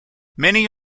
many